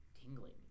tingling